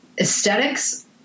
Aesthetics